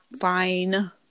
Fine